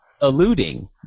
alluding